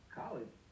college